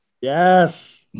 Yes